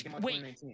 Wait